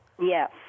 Yes